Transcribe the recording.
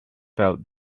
felt